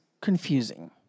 confusing